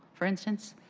for instance?